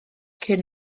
cyn